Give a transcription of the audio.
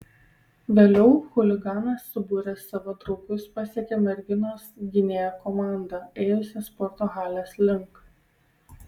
vėliau chuliganas subūręs savo draugus pasekė merginos gynėjo komandą ėjusią sporto halės link